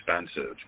expensive